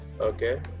Okay